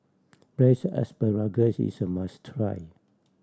braise asparagus is a must try